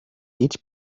each